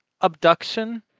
abduction